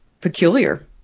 peculiar